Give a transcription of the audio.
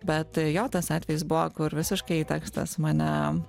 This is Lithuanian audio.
bet jo tas atvejis buvo kur visiškai tekstas mane